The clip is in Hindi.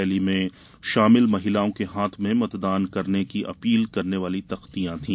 रैली में शामिल महिलाओं के हाथ में मतदान करने की अपील वाली तंख्तियां थी